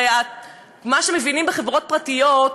הרי מה שמבינים בחברות פרטיות,